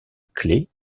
clé